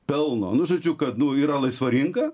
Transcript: pelno nu žodžiu kad nu yra laisva rinka